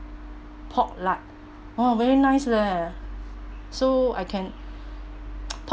pork lard !wah! very nice leh so I can pork